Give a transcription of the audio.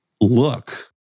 look